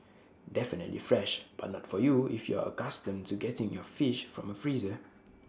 definitely fresh but not for you if you're accustomed to getting your fish from A freezer